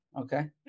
Okay